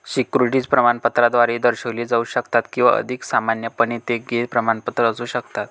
securities प्रमाणपत्राद्वारे दर्शविले जाऊ शकतात किंवा अधिक सामान्यपणे, ते गैर प्रमाणपत्र असू शकतात